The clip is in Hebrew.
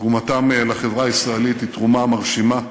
תרומתם לחברה הישראלית היא תרומה מרשימה.